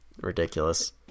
ridiculous